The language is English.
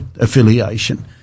affiliation